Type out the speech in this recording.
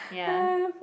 ya